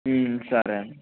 సరే అండి